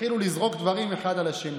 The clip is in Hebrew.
התחילו לזרוק דברים אחד על השני?